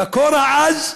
בקור העז,